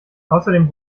außerdem